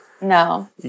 No